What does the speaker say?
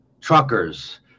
truckers